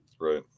right